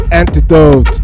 antidote